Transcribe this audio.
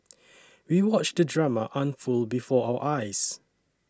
we watched the drama unfold before our eyes